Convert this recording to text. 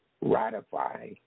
ratify